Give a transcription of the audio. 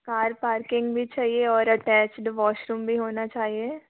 car parking भी चाहिए और अटैच्ड वॉशरूम भी होना चाहिए